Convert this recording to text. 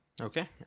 Okay